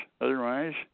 Otherwise